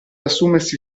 assumersi